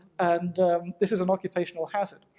and this is an occupational hazard.